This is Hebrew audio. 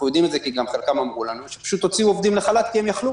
כי הנתונים אצלו.